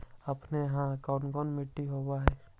अपने यहाँ कैसन कैसन मिट्टी होब है?